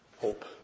hope